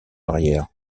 arrière